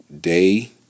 day